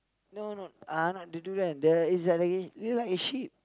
no no uh not the durian the it's like a like a ship